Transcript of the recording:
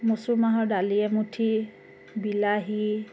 মচুৰ মাহৰ দালি এমুঠি বিলাহী